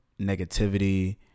negativity